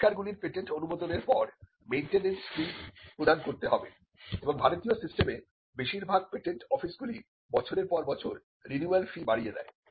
আবিষ্কারগুলির patent অনুমোদনের পর maintenance fee প্রদান করতে হবে এবং ভারতীয় সিস্টেমে বেশিরভাগ পেটেন্ট অফিসগুলি বছরের পর বছর রিনিউয়াল ফি বাড়িয়ে দেয়